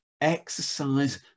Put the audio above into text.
exercise